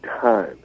time